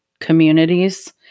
communities